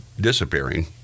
disappearing